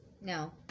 No